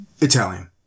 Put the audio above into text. Italian